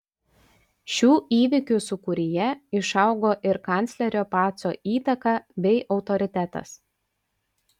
šių įvykių sūkuryje išaugo ir kanclerio paco įtaka bei autoritetas